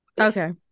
okay